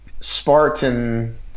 Spartan